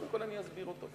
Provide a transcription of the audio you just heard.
קודם כול אני אסביר אותו.